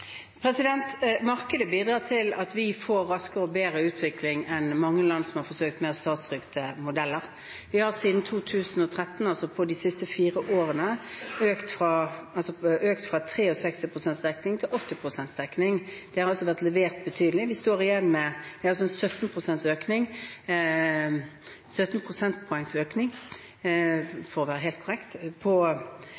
Markedet bidrar til at vi får raskere og bedre utvikling enn mange land som har forsøkt mer statsstyrte modeller. Vi har siden 2013, altså på de siste fire årene, økt fra 63 pst. dekning til 80 pst. dekning. Det har altså vært levert betydelig.